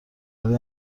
برای